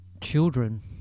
children